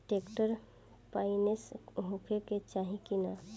Tractor पाईनेस होखे के चाही कि ना?